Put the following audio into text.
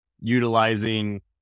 utilizing